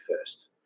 first